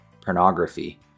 pornography